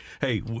Hey